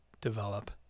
develop